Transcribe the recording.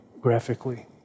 graphically